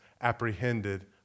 apprehended